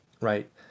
right